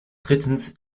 drittens